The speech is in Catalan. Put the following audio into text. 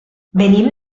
venim